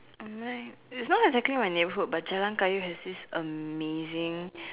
my it's not exactly my neighbourhood but Jalan-Kayu has this amazing